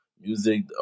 Music